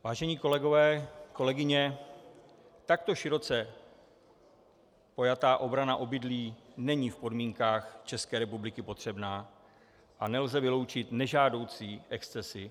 Vážení kolegové, kolegyně, takto široce pojatá obrana obydlí není v podmínkách České republiky potřebná a nelze vyloučit nežádoucí excesy.